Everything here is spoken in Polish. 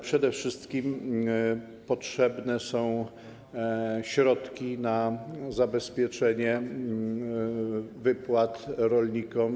Przede wszystkim potrzebne są środki na zabezpieczenie wypłat rolnikom.